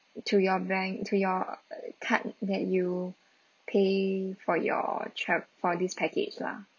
to your bank to your err card that you pay for your tra~ for this package lah